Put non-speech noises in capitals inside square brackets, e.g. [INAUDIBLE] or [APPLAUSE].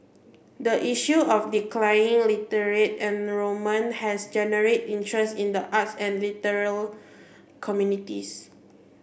the issue of declining [UNINTELLIGIBLE] enrollment has generated interest in the arts and literary communities